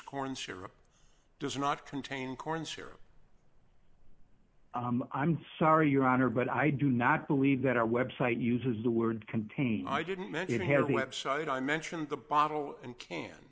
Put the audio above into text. corn syrup does not contain corn syrup i'm sorry your honor but i do not believe that our website uses the word contain i didn't meant it has a website i mentioned the bottle and can